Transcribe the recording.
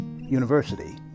University